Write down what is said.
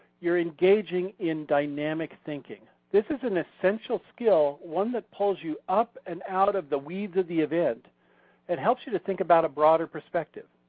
you're engaging in dynamic thinking. this is an essential skill, one that pulls you up and out of the weeds of the event that and helps you to think about a broader perspective.